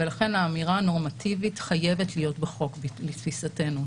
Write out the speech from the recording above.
ולכן האמירה הנורמטיבית חייבת להיות בחוק לתפיסתנו.